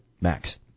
max